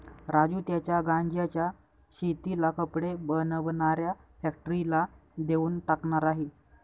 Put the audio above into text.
राजू त्याच्या गांज्याच्या शेतीला कपडे बनवणाऱ्या फॅक्टरीला देऊन टाकणार आहे